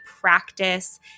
practice